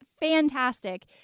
fantastic